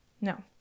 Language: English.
No